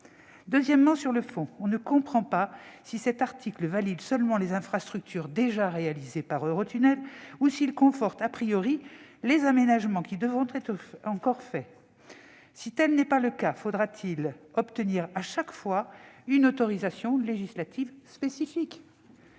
Deuxièmement, sur le fond, on ne comprend pas si cet article valide seulement les infrastructures déjà réalisées par Eurotunnel ou s'il conforte les aménagements qui devront encore être réalisés. Si tel n'est pas le cas, faudra-t-il obtenir à chaque fois une autorisation législative spécifique ?